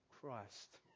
christ